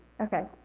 Okay